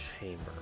chamber